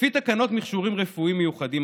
לפי תקנות מכשירים רפואיים מיוחדים,